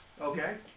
Okay